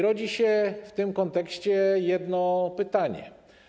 Rodzi się w tym kontekście jedno pytanie.